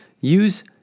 Use